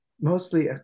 Mostly